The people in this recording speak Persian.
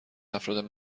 افراد